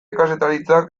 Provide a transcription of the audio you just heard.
kazetaritzak